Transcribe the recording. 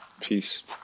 peace